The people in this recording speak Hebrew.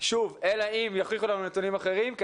אלא אם כן יוכיחו לנו נתונים אחרים,